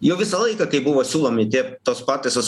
jau visą laiką kai buvo siūlomi tie tos pataisos